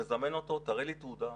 מזמן אותו: תראה לי תעודה,